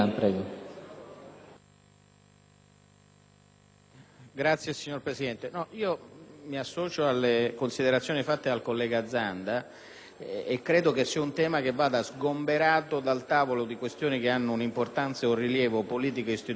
Signor Presidente, mi associo alle considerazioni svolte dal collega Zanda e credo che il tema vada sgomberato da questioni che hanno un'importanza e un rilievo politico e istituzionale di gran lunga superiori.